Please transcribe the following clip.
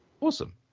Awesome